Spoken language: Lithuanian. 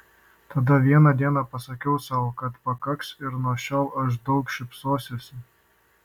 tada vieną dieną pasakiau sau kad pakaks ir nuo šiol aš daug šypsosiuosi